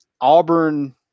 Auburn